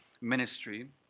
ministry